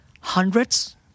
hundreds